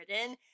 written